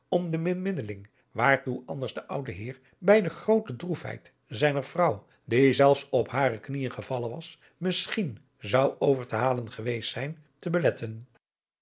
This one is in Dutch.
om de bemiddeling waar toe anders de oude heer bij de groote droesheid zijner vrouw die zelfs op hare knieën gevallen was misschien zou over te halen geweest zijn te beletten